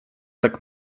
tak